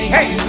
Hey